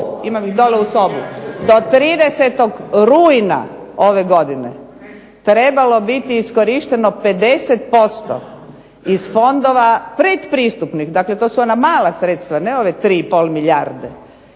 Imam ih dole u sobi do 30. rujna ove godine trebalo biti iskorišteno 50% iz fondova predpristupnih. Dakle, to su ona mala sredstva ne ove 3 i pol milijarde,